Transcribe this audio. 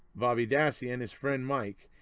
bobby dassey and his friend mike,